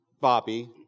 Bobby